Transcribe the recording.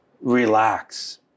relax